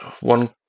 one